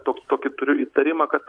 toks tokį turiu įtarimą kad